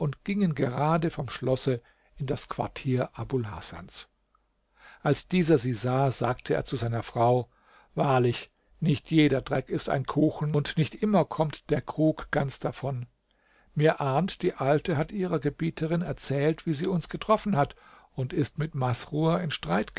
gingen gerade vom schlosse in das quartier abul hasans als dieser sie sah sagte er zu seiner frau wahrlich nicht jeder dreck ist ein kuchen und nicht immer kommt der krug ganz davon mir ahnt die alte hat ihrer gebieterin erzählt wie sie uns getroffen hat und ist mit masrur